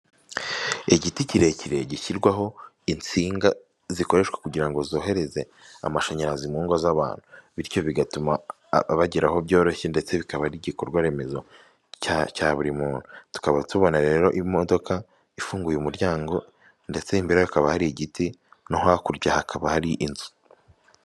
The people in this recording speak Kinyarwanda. Igiti kirekire gishyirwaho insinga zikoreshwa kugira ngo zohereze amashanyarazi mu ngo z'abantu, bityo bigatuma abageraho byoroshye ndetse bikaba n'igikorwa remezo cya buri muntu, tukaba tubona rero imodoka ifunguye umuryango ndetse imbere yayo hakaba hari igiti no hakurya hakaba hari inzu.